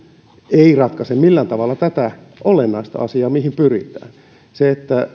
ei ratkaise millään tavalla tätä olennaista asiaa mihin pyritään se että